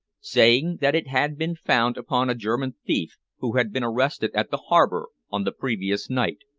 saying that it had been found upon a german thief who had been arrested at the harbor on the previous night.